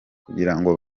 kugirango